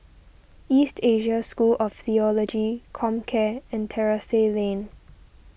East Asia School of theology Comcare and Terrasse Lane